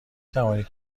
توانید